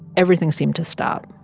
everything seemed to stop